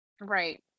Right